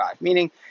meaning